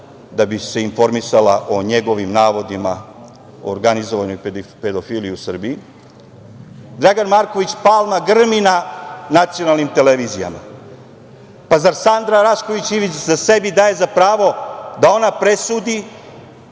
da bi se informisala o njegovim navodima organizovane pedofilije u Srbiji, "Dragan Marković Palma grmi na nacionalnim televizijama." Pa, zar Sanda Rašković Ivić sebi daje za pravo da ona presudi,